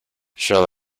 shall